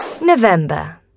November